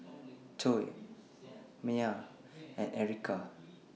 Coy Myah and Ericka